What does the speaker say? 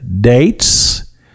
dates